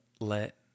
let